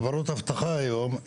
חברות אבטחה היום,